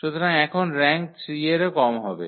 সুতরাং এখন র্যাঙ্ক 3 এরও কম হবে